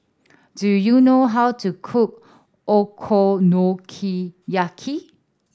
do you know how to cook Okonomiyaki